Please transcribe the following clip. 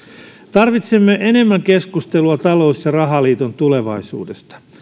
tarvitsemme enemmän keskustelua talous ja rahaliiton tulevaisuudesta